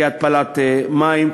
כהתפלת מים,